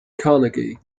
carnegie